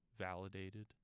validated